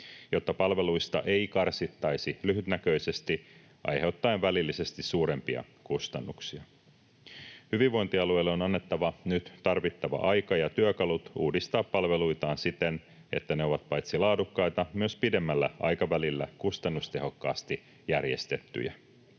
jotta palveluista ei karsittaisi lyhytnäköisesti aiheuttaen välillisesti suurempia kustannuksia. Hyvinvointialueille on annettava nyt tarvittava aika ja työkalut uudistaa palveluitaan siten, että ne ovat paitsi laadukkaita myös pidemmällä aikavälillä kustannustehokkaasti järjestettyjä.